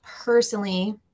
personally